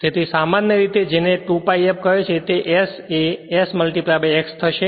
તેથી સામાન્ય રીતે જેને 2 pi f કહે છે તે s એ s x થશે